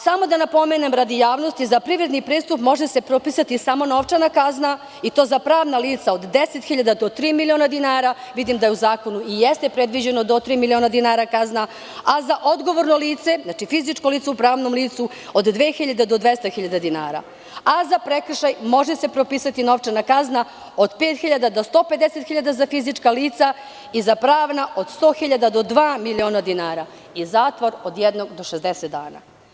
Samo da napomenem radi javnosti, za privredni prestup može se propisati samo novčana kazna i to za pravna lica od 10.000 dinara do 3.000.000 dinara i vidim da u zakonu jeste predviđeno da je kazna do 3.000.000 dinara, a za odgovorno lice, fizičko lice u pravnom licu, od 2.000 dinara do 200.000 dinara, a za prekršaj može se propisati novčana kazna od 5.000 dinara do 150.000 dinara za fizička lica i za pravna lica od 100.000 dinara do 2.000.000 dinara i zatvor od jednog do 60 dana.